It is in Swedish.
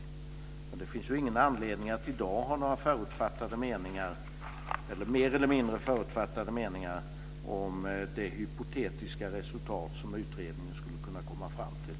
Men det finns ingen anledning att i dag ha mer eller mindre förutfattade meningar om det hypotetiska resultat som utredningen skulle kunna komma fram till.